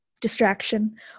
distraction